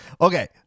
Okay